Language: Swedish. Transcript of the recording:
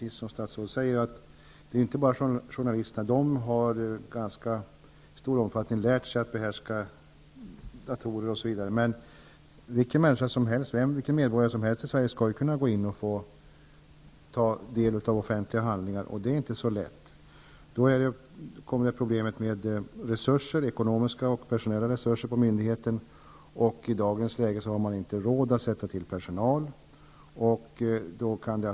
Det gäller alltså, som statsrådet säger, inte bara journalisterna -- som i ganska stor omfattning har lärt sig att behärska datorer osv. -- utan också alla andra medborgare i Sverige. Det skall vara möjligt att ta del av offentliga handlingar. Men det är inte så lätt. Här kommer problemet med resurserna med i bilden. Det gäller då både ekonomiska och personella resurser på myndigheten i fråga. I dagens läge har man inte råd att hålla personal för detta.